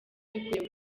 dukwiye